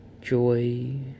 joy